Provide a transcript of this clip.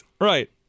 Right